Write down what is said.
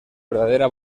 verdadera